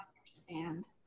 understand